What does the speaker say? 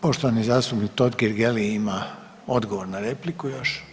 Poštovani zastupnik Totgergeli ima odgovor na repliku još.